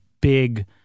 big –